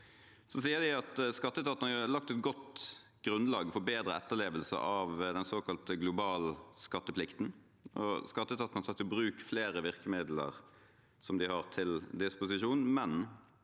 De skriver at skatteetaten har lagt et godt grunnlag for bedre etterlevelse av den såkalte globalskatteplikten, og skatteetaten har tatt i bruk flere virkemidler som de har til disposisjon, men